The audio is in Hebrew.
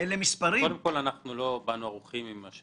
באנו ערוכים.